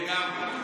לגמרי.